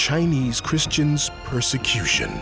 chinese christians persecution